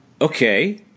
okay